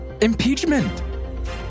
impeachment